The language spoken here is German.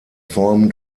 formen